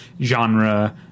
genre